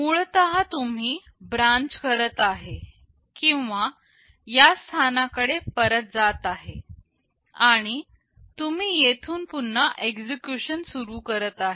मुळतः तुम्ही पुन्हा ब्रांच करत आहे किंवा या स्थाना कडे परत जात आहे आणि तुम्ही येथून पुन्हा एक्झिक्युशन सुरू करत आहे